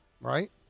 right